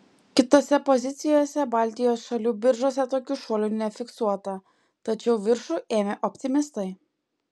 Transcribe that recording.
kitose pozicijose baltijos šalių biržose tokių šuolių nefiksuota tačiau viršų ėmė optimistai